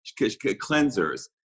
cleansers